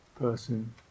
person